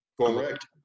Correct